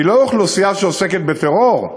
היא לא אוכלוסייה שעוסקת בטרור,